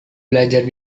belajar